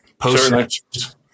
post